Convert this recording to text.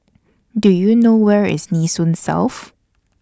Do YOU know Where IS Nee Soon South